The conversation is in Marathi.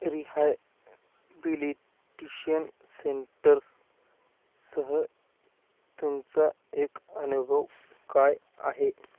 रिहायबिलिटिशन सेंटर्ससह तुमचा एक अनुभव काय आहे